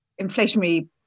inflationary